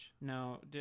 No